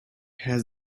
has